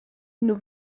nur